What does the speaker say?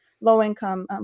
low-income